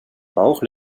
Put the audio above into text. bauch